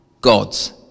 God's